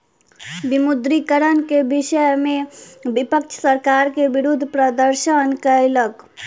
विमुद्रीकरण के विषय में विपक्ष सरकार के विरुद्ध प्रदर्शन कयलक